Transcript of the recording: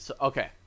Okay